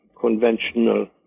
conventional